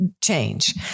change